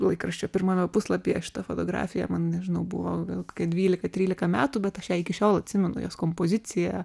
laikraščio pirmame puslapyje šita fotografija man nežinau buvo gal kokį dvylika trylika metų bet aš ją iki šiol atsimenu jos kompoziciją